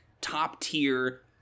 top-tier